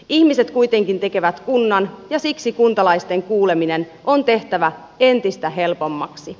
ihmiset kuitenkin tekevät kunnan ja siksi kuntalaisten kuuleminen on tehtävä entistä helpommaksi